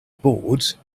boards